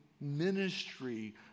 ministry